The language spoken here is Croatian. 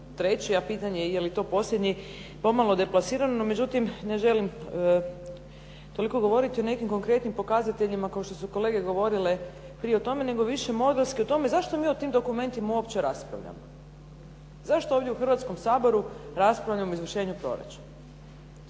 treći, a pitanje je je li to posljednji je pomalo deplasirano. Međutim, ne želim toliko govoriti o nekim konkretnim pokazateljima kao što su kolege govorile prije o tome, nego više modelski o tome zašto mi o tim dokumentima uopće raspravljamo. Zašto ovdje u Hrvatskom saboru raspravljamo o izvršenju proračuna?